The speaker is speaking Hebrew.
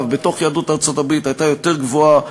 בתוך יהדות ארצות-הברית הייתה יותר גבוהה,